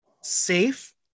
safe